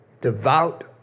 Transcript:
devout